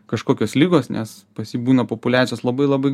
kažkokios ligos nes pas jį būna populiacijos labai labai